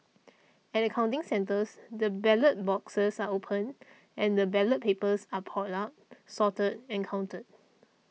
at the counting centres the ballot boxes are opened and the ballot papers are poured out sorted and counted